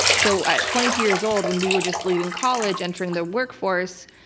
so at twenty two years old, when we were just leaving college, entering the workforce,